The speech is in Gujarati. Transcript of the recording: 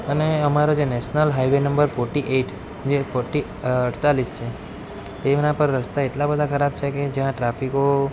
અને અમારો જે national highway number forty eight જે ફોર્ટી અડતાલીસ છે એમના પર રસ્તા એટલા બધા ખરાબ છે કે જ્યાં ટ્રાફિકો